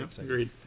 agreed